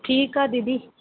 ठीकु आहे दीदी